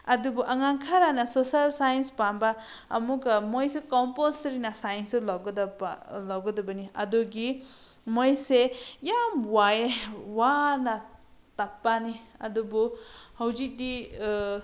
ꯑꯗꯨꯕꯨ ꯑꯉꯥꯡ ꯈꯔꯅ ꯁꯣꯁꯦꯜ ꯁꯥꯏꯟꯁ ꯄꯥꯝꯕ ꯑꯃꯨꯛꯀ ꯃꯣꯏꯁꯦ ꯀꯝꯄꯣꯜꯁꯔꯤꯅ ꯁꯥꯏꯟꯁꯨ ꯂꯧꯒꯗꯕ ꯂꯧꯒꯗꯕꯅꯤ ꯑꯗꯨꯒꯤ ꯃꯣꯏꯁꯦ ꯌꯥꯝ ꯋꯥꯏ ꯋꯥꯅ ꯇꯥꯛꯄꯅꯤ ꯑꯗꯨꯕꯨ ꯍꯧꯖꯤꯛꯇꯤ